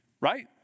right